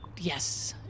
Yes